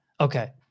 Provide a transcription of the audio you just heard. okay